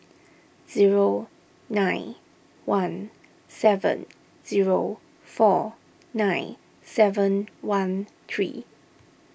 zero nine one seven zero four nine seven one three